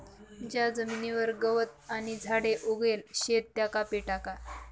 ज्या जमीनवर गवत आणि झाडे उगेल शेत त्या कापी टाका